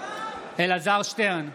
אלעזר שטרן,